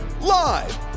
Live